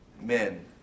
men